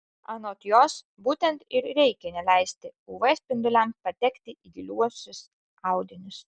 anot jos būtent ir reikia neleisti uv spinduliams patekti į giliuosius audinius